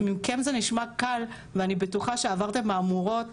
לכם זה נשמע קל ואני בטוחה שעברתם מהמורות